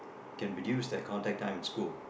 can reduce their contact time in school